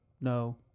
no